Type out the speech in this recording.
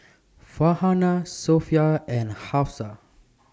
Farhanah Sofea and Hafsa